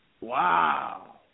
Wow